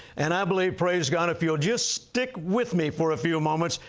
and i believe, praise god, if you'll just stick with me for a few moments,